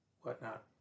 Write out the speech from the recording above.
whatnot